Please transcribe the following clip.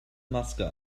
maske